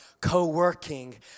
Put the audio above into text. co-working